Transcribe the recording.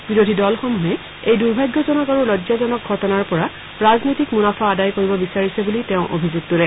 বিৰোধী দলসমূহে এই দুৰ্ভাগ্যজনক আৰু লজ্জাজনক ঘটনাৰ পৰা ৰাজনৈতিক মুনাফা আদায় কৰিব বিচাৰিছে বুলি তেওঁ অভিযোগ তোলে